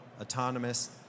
autonomous